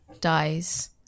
dies